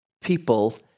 people